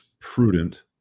prudent